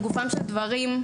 לגופם של דברים,